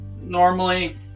normally